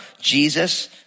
Jesus